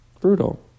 Brutal